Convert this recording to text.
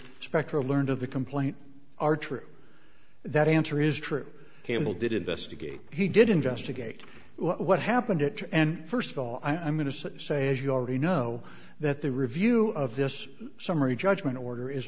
specter learned of the complaint are true that answer is true campbell did investigate he did investigate what happened it and first of all i'm going to say as you already know that the review of this summary judgment